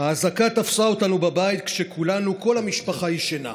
האזעקה תפסה אותנו בבית כשכולנו, כל המשפחה, ישנה.